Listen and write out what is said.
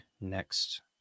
next